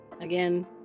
Again